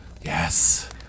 yes